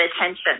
attention